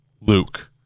luke